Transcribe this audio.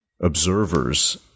observers